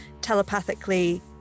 telepathically